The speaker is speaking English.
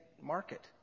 market